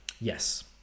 Yes